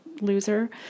loser